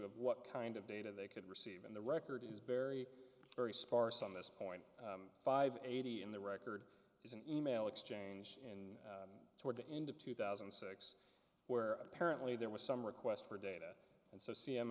of what kind of data they could receive and the record is very very sparse on this point five eighty in the record is an email exchange in toward the end of two thousand and six where apparently there was some request for data and so c m